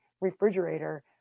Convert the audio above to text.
refrigerator